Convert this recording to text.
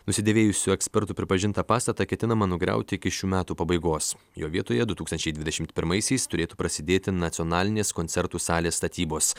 nusidėvėjusių ekspertų pripažintą pastatą ketinama nugriauti iki šių metų pabaigos jo vietoje du tūkstančiai dvidešimt pirmaisiais turėtų prasidėti nacionalinės koncertų salės statybos